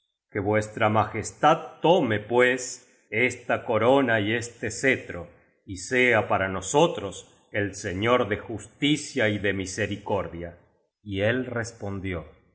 que vuestra ma jestad tome pues esta corona y este cetro y sea para nos otros el señor de justicia y de misericordia y él respondió